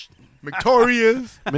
Victorious